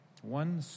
One